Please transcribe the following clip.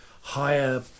higher